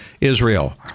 Israel